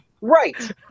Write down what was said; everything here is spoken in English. Right